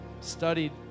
studied